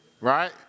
Right